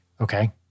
okay